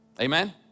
Amen